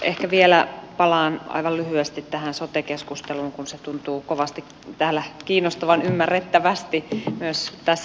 ehkä vielä palaan aivan lyhyesti tähän sote keskusteluun kun se tuntuu kovasti kiinnostavan ymmärrettävästi myös tässä salissa